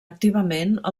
activament